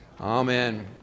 Amen